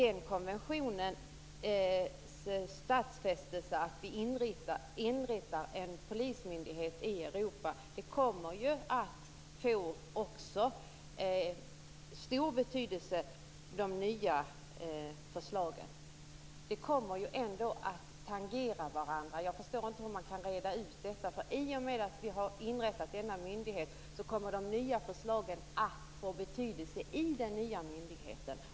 I konventionen stadfästs att vi skall inrätta en polismyndighet i Europa. De nya förslagen kommer ju att få stor betydelse och tangera varandra. Jag förstår inte hur man kan reda ut detta. I och med att vi har inrättat denna myndighet kommer de nya förslagen att få betydelse för den nya myndigheten.